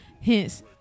hence